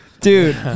dude